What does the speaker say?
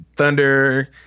thunder